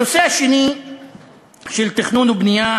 הנושא השני בתכנון ובנייה